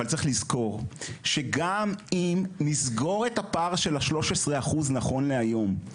אבל צריך לזכור שגם אם נסגור את הפער של 13% נכון להיום,